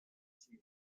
she